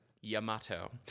Yamato